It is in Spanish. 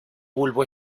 bulbo